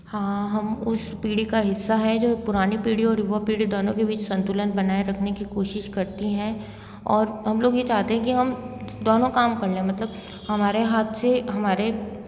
हाँ हम उस पीढ़ी का हिस्सा हैं जो पुरानी पीढ़ी और युवा पीढ़ी दोनों के बीच संतुलन बनाए रखने की कोशिश करती हैं और हम लोग ये चाहते हैं कि हम दोनों काम कर लें मतलब हमारे हाथ से हमारे